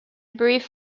brief